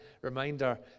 reminder